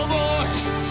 voice